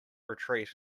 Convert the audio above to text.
retreat